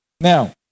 Now